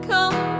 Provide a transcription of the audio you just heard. Come